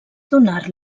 donar